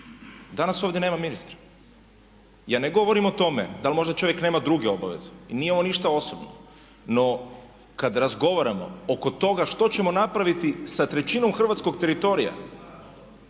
Danas ovdje nema ministra. Ja ne govorim o tome da možda čovjek nema druge obveze i nije ovo ništa osobno no kad razgovaramo oko toga što ćemo napraviti sa trećinom hrvatskog teritorija